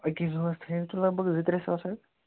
أکِس دۅہَس تھٲوِو تُہۍ لَگ بگ زٕ ترٛےٚ ساس رۄپیہِ